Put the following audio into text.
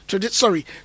Sorry